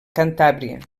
cantàbria